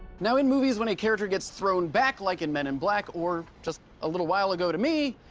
now, in movies, when a character gets thrown back, like in men in black, or just a little while ago, to me,